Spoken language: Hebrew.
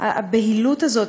הבהילות הזאת,